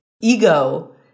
ego